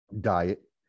diet